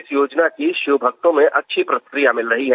इस योजना की शिवभक्तों में अच्छी प्रतिक्रिया मिल रही है